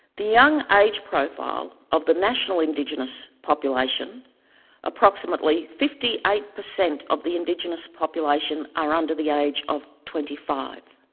the young age profile of the national indigenous population approximately fifty eight percent of the indigenous population are under the age of twenty five